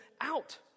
out